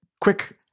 quick